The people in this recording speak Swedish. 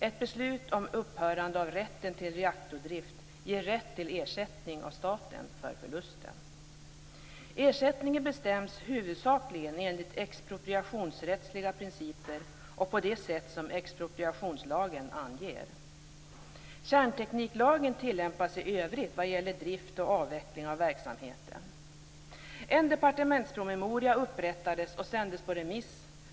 Ett beslut om upphörande av rätten till reaktordrift ger rätt till ersättning av staten för förlusten. Ersättningen bestäms huvudsakligen enligt expropriationsrättsliga principer och på det sätt som expropriationslagen anger. En departementspromemoria upprättades och sändes på remiss.